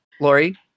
Lori